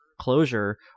closure